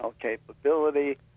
capability